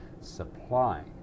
supply